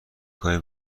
کاری